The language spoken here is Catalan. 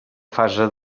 fase